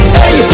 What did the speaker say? hey